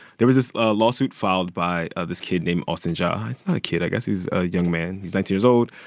there was this lawsuit filed by ah this kid named austin jia it's not a kid. i guess he's a young man. he's nineteen years old.